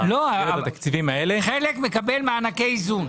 שזה כספי קורונה.